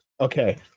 Okay